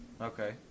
Okay